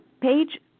page